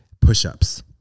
push-ups